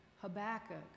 Habakkuk